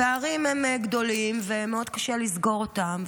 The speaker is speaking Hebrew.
הפערים הם גדולים ומאוד קשה לסגור אותם.